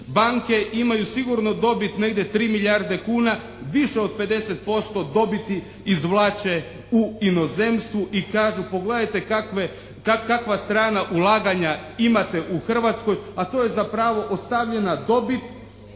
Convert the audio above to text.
Banke imaju sigurno dobit negdje 3 milijarde kuna, više od 50% dobiti izvlače u inozemstvu i kažu: pogledajte kakve, kakva strana ulaganja imate u Hrvatskoj, a to je zapravo ostavljena dobit